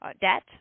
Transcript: debt